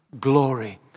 glory